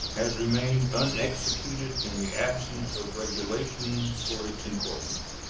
has remained unexecuted in the absence of regulations for its enforcement.